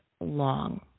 long